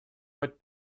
would